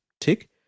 Tick